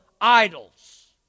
idols